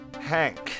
Hank